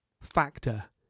factor